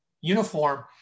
uniform